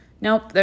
Nope